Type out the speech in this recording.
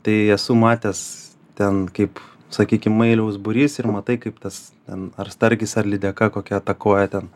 tai esu matęs ten kaip sakykim mailiaus būrys ir matai kaip tas ten ar starkis ar lydeka kokia atakuoja ten